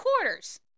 Quarters